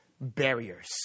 barriers